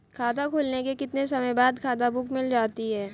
खाता खुलने के कितने समय बाद खाता बुक मिल जाती है?